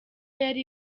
yari